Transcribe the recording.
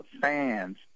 fans